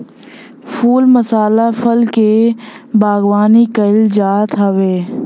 फूल मसाला फल के बागवानी कईल जात हवे